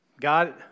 God